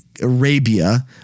Arabia